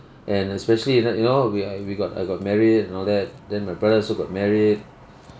and especially you know you know we I we got I got married and all that then my brother also got married